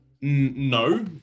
no